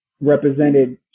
represented